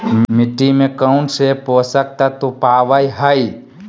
मिट्टी में कौन से पोषक तत्व पावय हैय?